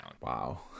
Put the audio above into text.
Wow